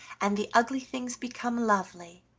and the ugly things become lovely.